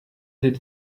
did